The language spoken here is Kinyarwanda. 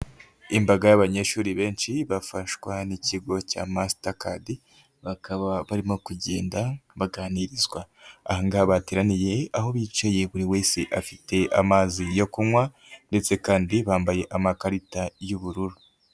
Imbaga y'abanyeshuri benshi bafashwa n'ikigo cya Mastercard bakaba barimo kugenda baganirizwa, aha ngaha bateraniye aho bicaye buri wese afite amazi yo kunywa ndetse kandi bambaye amakarita y'ubururu.